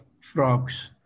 frogs